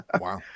wow